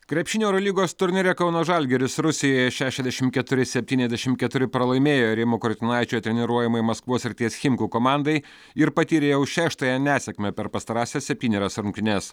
krepšinio eurolygos turnyre kauno žalgiris rusijoje šešiasdešimt keturi septyniasdešimt keturi pralaimėjo rimo kurtinaičio treniruojamai maskvos srities chimkų komandai ir patyrė jau šeštąją nesėkmę per pastarąsias septynerias rungtynes